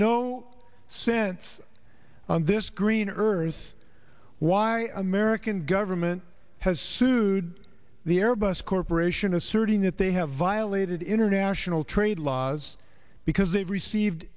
no sense on this green earth is why american government has sued the airbus corporation asserting that they have violated international trade laws because they received